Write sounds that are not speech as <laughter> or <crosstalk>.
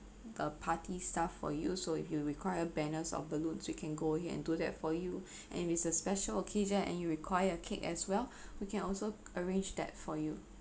the party stuff for you so if you require banners or balloons we can go ahead and do that for you <breath> and it's a special occasion and you require a cake as well we can also arrange that for you